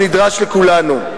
שנדרשת מכולנו.